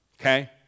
Okay